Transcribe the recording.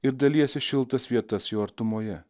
ir dalijasi šiltas vietas jo artumoje